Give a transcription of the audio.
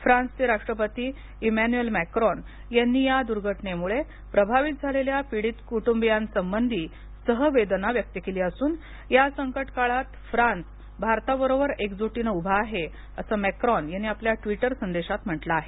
France चे राष्ट्रपती Emmanuel Macron यांनी या दुर्घटनेमुळे प्रभावित झालेल्या पीडित कुटुंबियासंबधी सहवेदना व्यक्त केली असून या संकट काळात फ्रान्स भारता बरोबर एकजुटीने उभा आहे अस मॅक्रोन यांनी आपल्या ट्वीटर संदेशात म्हंटल आहे